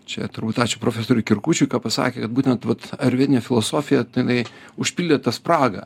čia turbūt ačiū profesoriui kirkučiui ką pasakė kad būtent vat arjuvedinė filosofija tai jinai užpildė tą spragą